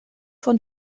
von